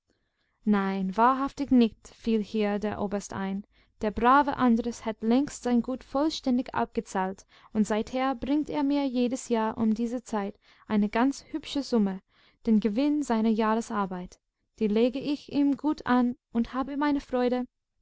nein wahrhaftig nicht fiel hier der oberst ein der brave andres hat längst sein gut vollständig abgezahlt und seither bringt er mir jedes jahr um diese zeit eine ganz hübsche summe den gewinn seiner jahresarbeit die lege ich ihm gut an und habe meine freude